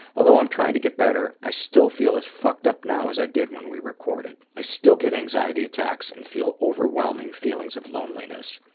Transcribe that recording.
although i'm trying to get better, i still feel as fucked-up now as i did when we recorded. i still get anxiety attacks and feel overwhelming feelings of loneliness.